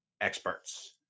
experts